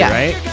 right